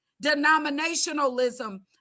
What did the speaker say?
denominationalism